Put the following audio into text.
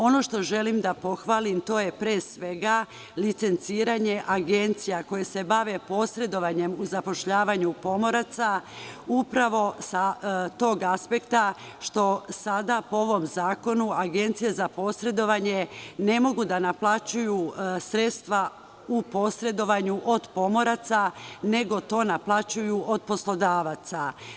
Ono što želim da pohvalim, to je pre svega, licenciranje agencija koje se bave posredovanjem u zapošljavanju pomoraca, upravo sa tog aspekta što sada po ovom zakonu, agencije za posredovanje ne mogu da naplaćuju sredstva u posredovanju od pomoraca, nego to naplaćuju od poslodavaca.